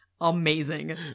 amazing